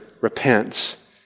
repents